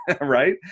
right